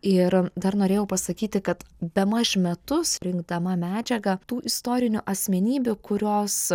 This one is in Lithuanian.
ir dar norėjau pasakyti kad bemaž metus rinkdama medžiagą tų istorinių asmenybių kurios